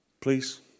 Please